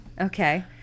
okay